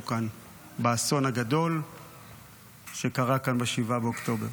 כאן באסון הגדול שקרה כאן ב-7 באוקטובר.